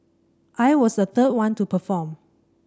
I was the third one to perform